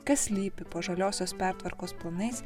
kas slypi po žaliosios pertvarkos planais